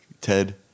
Ted